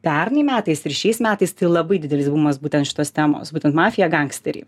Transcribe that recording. pernai metais ir šiais metais tai labai didelis bumas būtent šitos temos būtent mafija gangsteriai